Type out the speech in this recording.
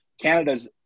Canada's